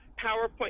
PowerPoint